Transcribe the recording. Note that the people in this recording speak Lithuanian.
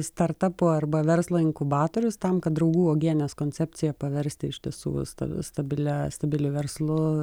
startapo arba verslo inkubatorius tam kad draugų uogienės koncepciją paversti iš tiesų sta stabilia stabiliu verslu